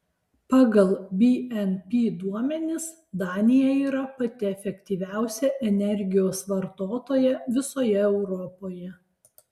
pagal bnp duomenis danija yra pati efektyviausia energijos vartotoja visoje europoje